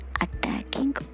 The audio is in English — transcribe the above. attacking